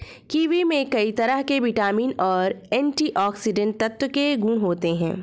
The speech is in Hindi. किवी में कई तरह के विटामिन और एंटीऑक्सीडेंट तत्व के गुण होते है